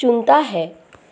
चुनता है